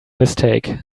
mistake